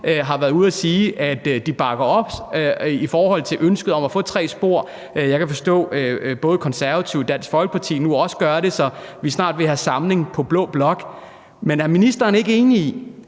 har været ude at sige, at de bakker op om ønsket om at få tre spor. Jeg kan forstå, at både Konservative og Dansk Folkeparti nu også gør det, så vi er snart ved at have samling på blå blok. Men er ministeren ikke enig i,